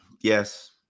Yes